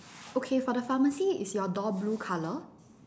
okay for the pharmacy is your door blue colour